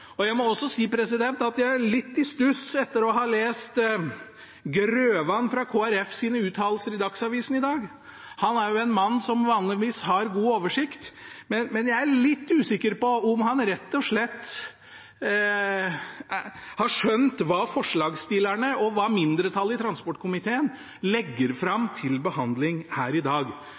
omgang. Jeg må også si at jeg er litt i stuss etter å ha lest uttalelsene fra Kristelig Folkepartis Grøvan i Dagsavisen i dag. Han er jo en mann som vanligvis har god oversikt, men jeg er rett og slett litt usikker på om han har skjønt hva forslagsstillerne og mindretallet i transportkomiteen legger fram til behandling her i dag.